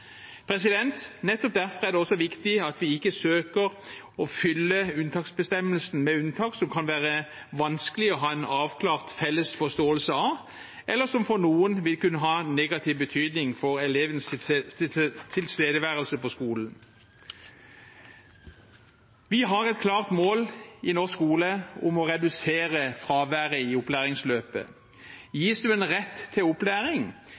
Nettopp derfor er det også viktig at vi ikke søker å fylle unntaksbestemmelsen med unntak som det kan være vanskelig å ha en avklart felles forståelse av, eller som for noen vil kunne ha negativ betydning for elevenes tilstedeværelse på skolen. Vi har et klart mål i norsk skole om å redusere fraværet i opplæringsløpet. Gis man en rett til opplæring,